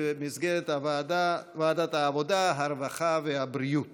התשע"ט 2018, לוועדת העבודה, הרווחה והבריאות